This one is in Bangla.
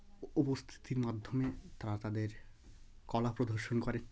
উপস্থিতির মাধ্যমে তারা তাদের কলা প্রদর্শন করে